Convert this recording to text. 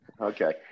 Okay